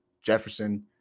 Jefferson